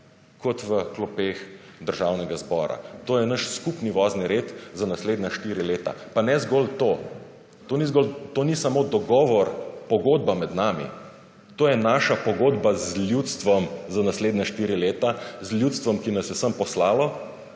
kot v klopeh Državnega zbora. To je naš skupni vozni red za naslednja štiri leta. Pa ne zgolj to, to ni zgolj, to ni samo dogovor, pogodba med nami, to je naša pogodba z ljudstvom za naslednja štiri leta, z ljudstvom, ki nas je sem poslalo